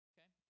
Okay